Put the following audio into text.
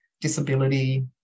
disability